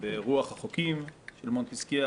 ברוח החוקים של מונטסקייה.